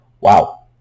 Wow